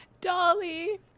Dolly